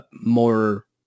more